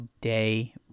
day